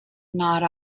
not